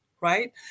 right